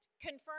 confirm